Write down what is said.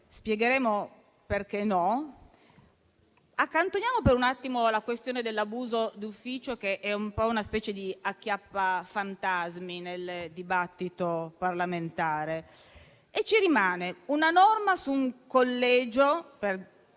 spiegheremo perché non è così. Accantoniamo per un attimo la questione dell'abuso d'ufficio, che è una specie di "acchiappafantasmi" nel dibattito parlamentare. Ci rimangono una norma che prevede un collegio per